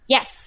Yes